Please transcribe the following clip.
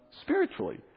spiritually